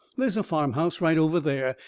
there's a farmhouse right over there,